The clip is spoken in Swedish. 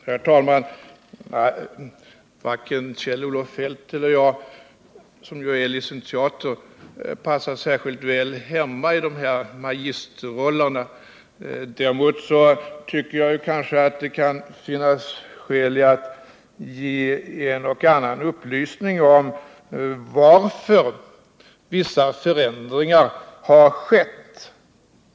Herr talman! Varken Kjell-Olof Feldt eller jag, som båda är licentiater, passar särskilt väl hemma i dessa magisterroller. Däremot tycker jag det kan finnas skäl att lämna en och annan upplysning om varför vissa förändringar har skett.